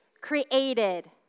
created